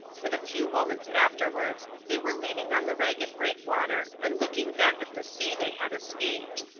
and a few moments afterwards they were leaning on the ragged breakwater and looking back at the sea they had escaped.